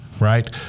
right